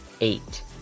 Eight